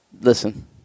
Listen